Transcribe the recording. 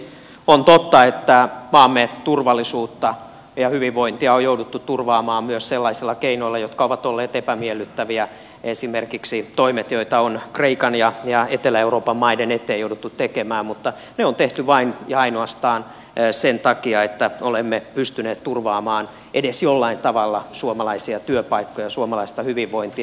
on totta että maamme turvallisuutta ja hyvinvointia on jouduttu turvaamaan myös sellaisilla keinoilla jotka ovat olleet epämiellyttäviä esimerkiksi toimet joita on kreikan ja etelä euroopan maiden eteen jouduttu tekemään mutta ne on tehty vain ja ainoastaan sen takia että olemme pystyneet turvaamaan edes jollain tavalla suomalaisia työpaikkoja suomalaista hyvinvointia